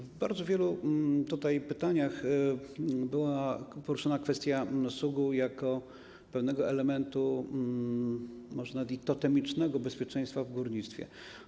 W bardzo wielu pytaniach była poruszona kwestia SUG-u jako pewnego elementu, może nawet i totemicznego, bezpieczeństwa w górnictwie.